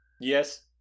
Yes